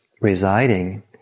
residing